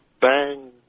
bang